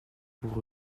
pour